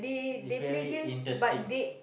it's very interesting